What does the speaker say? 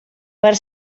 per